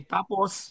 Tapos